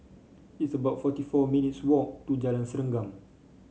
it's about forty four minutes' walk to Jalan Serengam